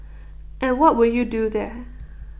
and what will you do there